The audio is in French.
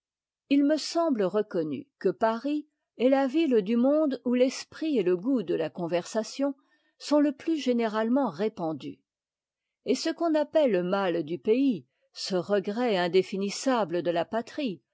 h me semble reconnu que paris est la ville du monde où l'esprit et le goût de la conversation sont le plus généralement répandus et ce qu'on appelle le mal du pays ce regret indéfinissable de la patrie